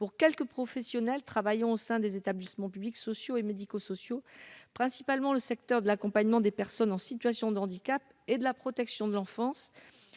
quelques professionnels travaillant au sein des établissements publics, sociaux et médico-sociaux principalement le secteur de l'accompagnement des personnes en situation d'handicap et de la protection de l'enfance,